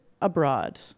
abroad